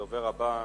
הדובר הבא,